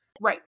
Right